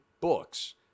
books